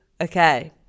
okay